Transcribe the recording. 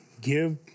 give